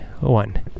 one